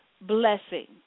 blessing